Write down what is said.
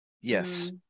Yes